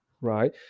right